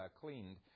cleaned